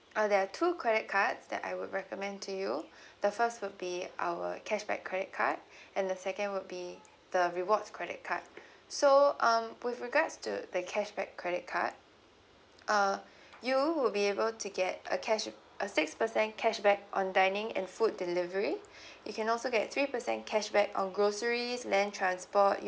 uh there are two credit cards that I would recommend to you the first would be our cashback credit card and the second would be the rewards credit card so um with regards to the cashback credit card uh you would be able to get a cash a six percent cashback on dining and food delivery you can also get three percent cashback on groceries land transport